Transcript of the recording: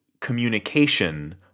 communication